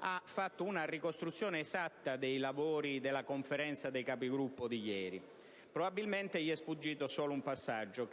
ha fatto una ricostruzione esatta dei lavori della Conferenza dei Capigruppo di ieri. Probabilmente gli è sfuggito il seguente passaggio: